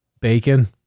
Bacon